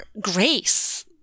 grace